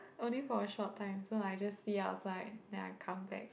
only for a short time so I just see outside then I come back